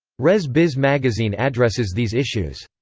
rez biz magazine addresses these issues.